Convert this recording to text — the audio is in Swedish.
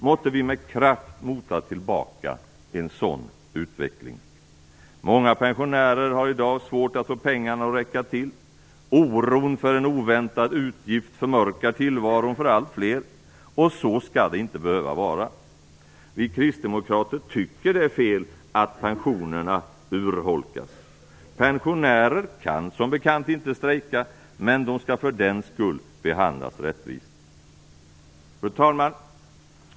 Måtte vi med kraft mota tillbaka en sådan utveckling. Många pensionärer har i dag svårt att få pengarna att räcka till. Oron för en oväntad utgift förmörkar tillvaron för allt fler. Så skall det inte behöva vara. Vi kristdemokrater tycker det är fel att pensionerna urholkas. Pensionärer kan som bekant inte strejka, men de skall för den skull behandlas rättvist. Fru talman!